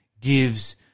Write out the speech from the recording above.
gives